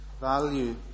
value